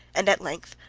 and, at length,